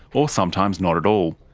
or sometimes not at all.